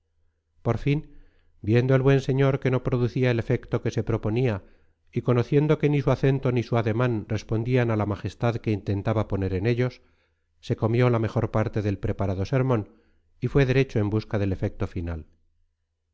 por fin viendo el buen señor que no producía el efecto que se proponía y conociendo que ni su acento ni su ademán respondían a la majestad que intentaba poner en ellos se comió la mejor parte del preparado sermón y fue derecho en busca del efecto final